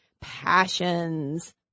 passions